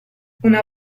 una